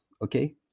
Okay